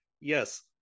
Yes